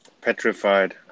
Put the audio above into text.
Petrified